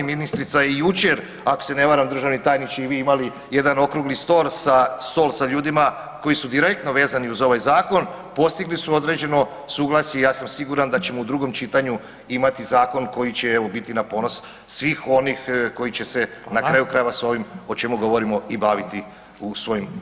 I ministrica je i jučer ako se ne varam državni tajniče i vi imali jedan okrugli stol sa ljudima koji su direktno vezani uz ovaj zakon, postigli su određeno suglasje i ja sam siguran da ćemo u drugom čitanju imati zakon koji će evo biti na ponos svih onih koji će se na kraju krajeva s ovim o čemu govorimo i baviti u svojim